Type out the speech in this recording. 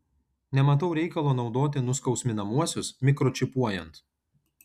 nematau reikalo naudoti nuskausminamuosius mikročipuojant